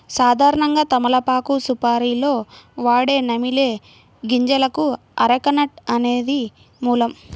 సాధారణంగా తమలపాకు సుపారీలో వాడే నమిలే గింజలకు అరెక నట్ అనేది మూలం